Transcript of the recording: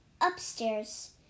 upstairs